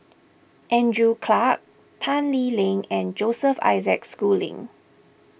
Andrew Clarke Tan Lee Leng and Joseph Isaac Schooling